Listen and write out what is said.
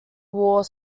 war